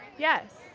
yes,